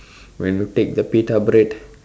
when you take pita bread